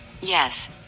Yes